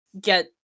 get